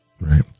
right